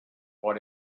what